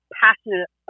passionate